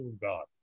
God